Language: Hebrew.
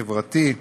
החברתי.